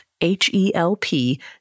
H-E-L-P